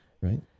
Right